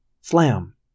Slam